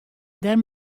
dêr